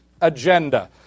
agenda